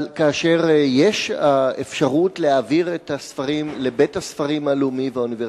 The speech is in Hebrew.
אבל כשיש אפשרות להעביר את הספרים לבית-הספרים הלאומי והאוניברסיטאי,